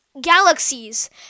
galaxies